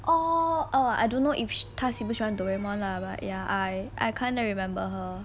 oh err I don't know if 他喜不喜欢 doraemon lah but ya I I kinda remember her